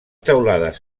teulades